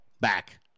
back